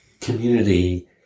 community